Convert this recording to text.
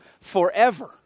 Forever